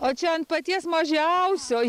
o čia ant paties mažiausio